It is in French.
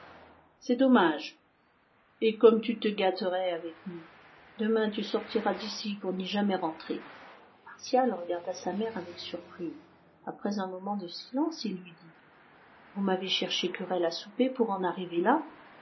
c'est dommage et comme tu te gâterais avec nous demain tu sortiras d'ici pour n'y jamais rentrer martial regarda sa mère avec surprise après un moment de silence il lui dit vous m'avez cherché querelle à souper pour en arriver là